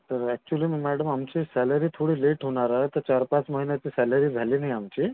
तर ॲक्चुअली ना मॅडम आमची सॅलरी थोडी लेट होणार आहे तर चार पाच महिन्याची सॅलरी झाली नाही आमची